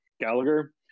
Gallagher